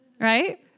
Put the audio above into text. right